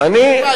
מה, אין בעיה.